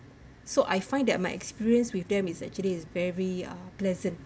so I find that my experience with them is actually is very uh pleasant